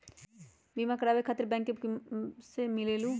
बिमा कराबे खातीर आवेदन बैंक से मिलेलु?